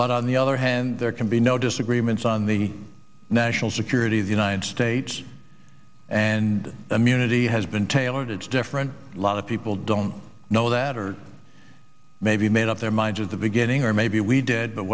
but on the other hand there can be no disagreements on the national security of the united states and immunity has been tailored to different lot of people don't know that or maybe made up their minds of the beginning or maybe we did but